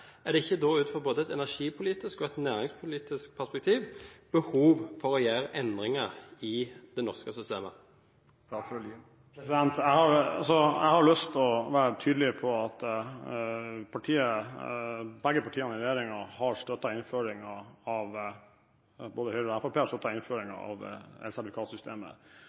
er det ikke da ut fra både et energipolitisk og et næringspolitisk perspektiv behov for å gjøre endringer i det norske systemet? Jeg har lyst til å være tydelig på at begge partiene i regjeringen – både Høyre og Fremskrittspartiet – har støttet innføringen av elsertifikatsystemet.